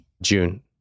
June